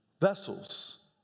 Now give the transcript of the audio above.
Vessels